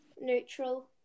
Neutral